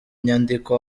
nyandiko